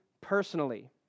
personally